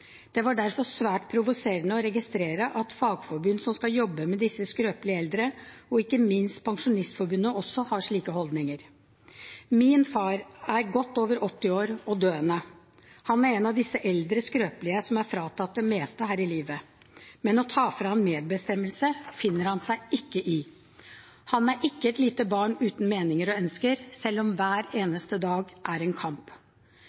Det var derfor svært provoserende å registrere at fagforbund som skal jobbe med disse skrøpelige eldre, og ikke minst Pensjonistforbundet, også har slike holdninger. Min far er godt over 80 år og døende. Han er en av disse eldre skrøpelige som er fratatt det meste her i livet, men å ta fra ham medbestemmelse finner han seg ikke i. Han er ikke et lite barn uten meninger og ønsker, selv om hver eneste dag er en kamp.